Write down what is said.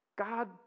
God